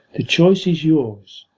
the choice is yours.